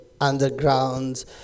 Underground